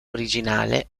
originale